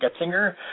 Getzinger